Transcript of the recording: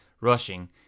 rushing